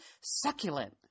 succulent